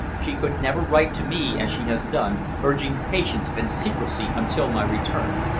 she could never write to me as she has done, urging patience and secrecy until my return.